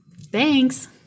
Thanks